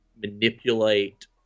manipulate